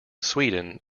sweden